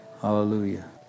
Hallelujah